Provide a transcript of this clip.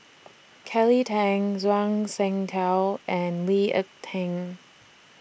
Kelly Tang Zhuang Shengtao and Lee Ek Tieng